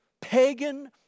pagan